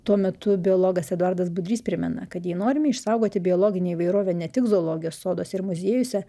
tuo metu biologas eduardas budrys primena kad jei norime išsaugoti biologinę įvairovę ne tik zoologijos soduose ir muziejuose